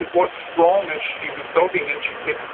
what's wrong and she was sobbing and she said,